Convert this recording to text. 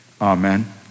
Amen